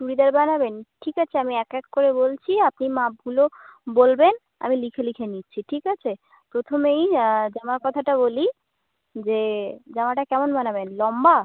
চুড়িদার বানাবেন ঠিক আছে আমি এক এক করে বলছি আপনি মাপগুলো বলবেন আমি লিখে লিখে নিচ্ছি ঠিক আছে প্রথমেই জামার কথাটা বলি যে জামাটা কেমন বানাবেন লম্বা